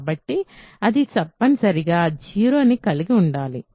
కాబట్టి అది తప్పనిసరిగా 0ని కలిగి ఉండాలి